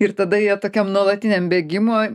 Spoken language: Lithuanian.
ir tada jie tokiam nuolatiniam bėgimo